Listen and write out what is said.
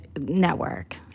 network